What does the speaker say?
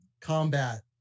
combat